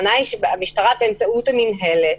הכוונה היא שהמשטרה, באמצעות המנהלת,